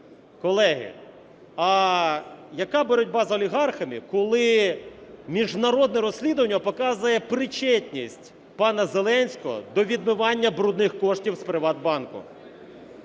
Колеги, а яка боротьба з олігархами, коли міжнародне розслідування показує причетність пана Зеленського до відмивання брудних коштів з Приватбанку?